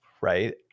right